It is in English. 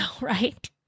right